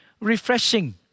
refreshing